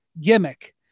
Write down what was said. gimmick